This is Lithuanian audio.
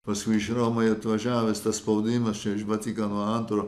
paskui iš romos atvažiavęs tas spaudimas čia iš vatikano antro